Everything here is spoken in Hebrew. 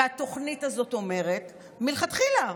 והתוכנית הזאת אומרת שמלכתחילה,